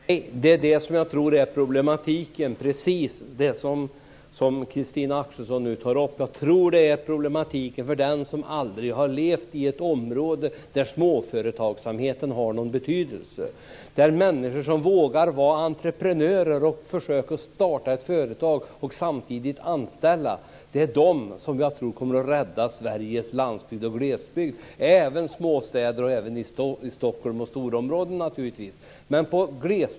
Fru talman! Nej, det är det som jag tror är problematiken - precis det som Christina Axelsson nu tar upp. Jag tror att det är problematiken för den som aldrig har levt i ett område där småföretagsamheten har någon betydelse. Där finns människor som vågar vara entreprenörer och försöker starta företag och samtidigt anställa, och det är de som jag tror kommer att rädda Sveriges landsbygd och glesbygd. Det gäller även småstäder och Stockholm och andra storstadsområden naturligtvis.